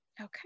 Okay